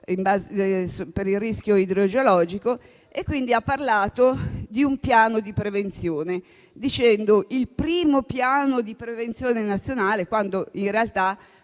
per il rischio idrogeologico e quindi ha parlato di quello che dovrebbe essere il primo piano di prevenzione nazionale, quando in realtà